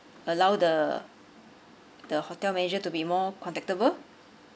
allow the the hotel manager to be more contactable